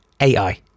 ai